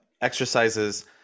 exercises